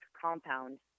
compound